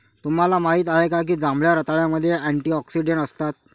तुम्हाला माहित आहे का की जांभळ्या रताळ्यामध्ये अँटिऑक्सिडेंट असतात?